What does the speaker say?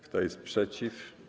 Kto jest przeciw?